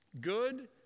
Good